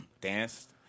Danced